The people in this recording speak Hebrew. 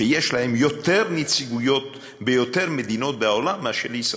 יותר נציגויות ביותר מדינות בעולם מאשר לישראל.